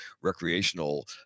recreational